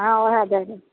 हॅं ओहए दए देब